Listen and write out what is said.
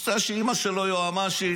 זה שאימא שלו יועמ"שית